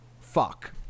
fuck